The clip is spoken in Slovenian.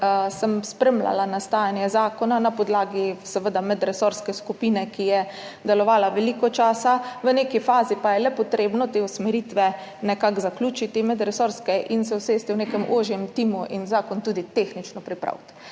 sem spremljala nastajanje zakona, seveda na podlagi medresorske skupine, ki je delovala veliko časa, v neki fazi pa je le treba te medresorske usmeritve nekako zaključiti in se usesti v nekem ožjem timu in zakon tudi tehnično pripraviti.